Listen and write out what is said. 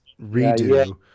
redo